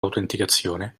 autenticazione